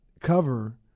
cover